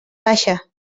baixa